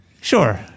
Sure